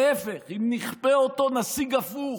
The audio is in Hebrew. להפך, אם נכפה אותו נשיג הפוך,